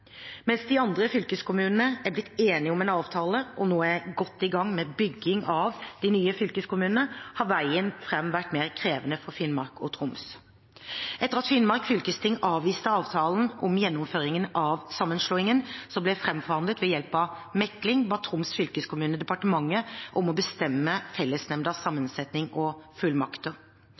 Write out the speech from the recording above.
Mens de andre fylkeskommunene har blitt enige om en avtale og nå er godt i gang med byggingen av de nye fylkeskommunene, har veien fram vært mer krevende for Finnmark og Troms. Etter at Finnmark fylkesting avviste avtalen om gjennomføringen av sammenslåingen, som ble framforhandlet ved hjelp av mekling, ba Troms fylkeskommune departementet om å bestemme fellesnemndas sammensetning og fullmakter.